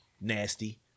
Nasty